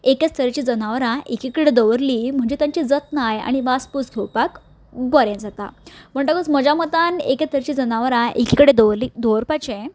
एकेच तरीची जनावरां एके कडेन दवरलीं की तांची जतनाय आनी वासपूस घेवपाक बरें जाता म्हणटकच म्हजे मतान एके तरेची जनावरां एके कडेन दवरली दवरपाचें